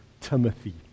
Timothy